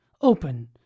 open